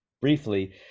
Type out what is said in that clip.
briefly